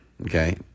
okay